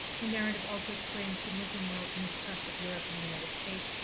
her narrative also explains the muslim world's mistrust of europe and the united states,